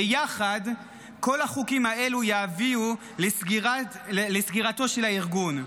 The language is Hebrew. ביחד כל החוקים האלה יביאו לסגירתו של הארגון.